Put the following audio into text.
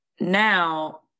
Now